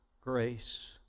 grace